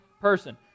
person